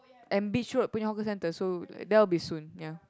and Beach-Road punya hawker centre so like that will be soon ya